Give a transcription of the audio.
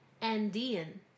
Andean